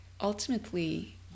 ultimately